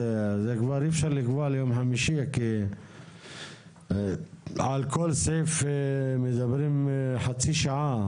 כבר אי אפשר לקבוע ליום חמישי כי על כל סעיף מדברים חצי שעה,